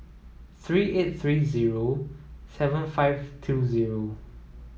three eight three zero seven five two zero